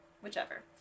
Whichever